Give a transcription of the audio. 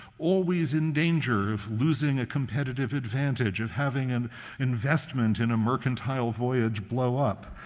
always in danger of losing a competitive advantage, of having an investment in a mercantile voyage blow up.